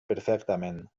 perfectament